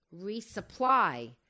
resupply